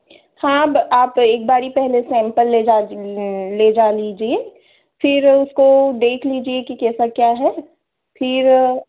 हाँ ब आप एक बारी पहले सैम्पल ले जा ले जा लीजिए फ़िर उसको देख लीजिए की कैसा क्या है फ़िर